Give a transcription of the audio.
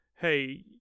hey